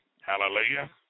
Hallelujah